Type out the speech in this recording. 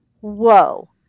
whoa